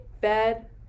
bed